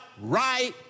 right